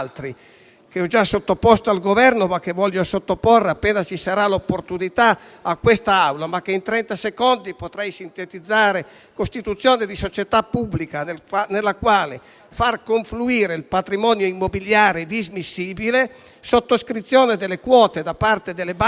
che ho già sottoposto al Governo e che voglio sottoporre, appena ci sarà l'opportunità, anche all'Assemblea. In trenta secondi potrei sintetizzare come segue: costituzione di una società pubblica, nella quale far confluire il patrimonio immobiliare dismissibile; sottoscrizione delle quote da parte delle banche